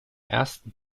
ersten